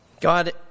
God